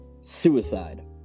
suicide